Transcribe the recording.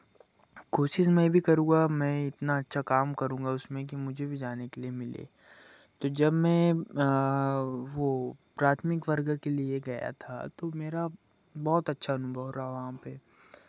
कोशिश मैं भी करूँगा मैं इतना अच्छा काम करूँगा उसमें कि मुझे भी जाने के लिए मिले तो जब मैं वो प्राथमिक वर्ग के लिए गया था तो मेरा बहुत अच्छा अनुभव रहा वहाँ पे